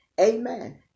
amen